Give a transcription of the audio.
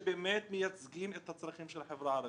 שבאמת מייצגים את הצרכים של החברה הערבית,